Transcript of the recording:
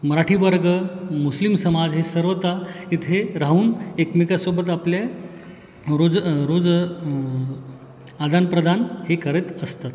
मराठी वर्ग मुस्लिम समाज हे सर्वता इथे राहून एकमेकासोबत आपल्या रोज रोज आदानप्रदान हे करत असतात